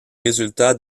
résultats